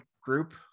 group